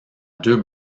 deux